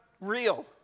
real